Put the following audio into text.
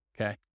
Okay